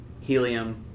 helium